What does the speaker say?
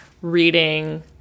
reading